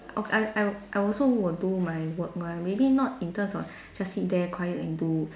o~ I I'll I also will do my work one maybe not in terms of just sit there quiet and do